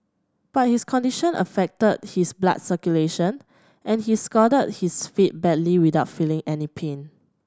but his condition affected his blood circulation and he scalded his feet badly without feeling any pain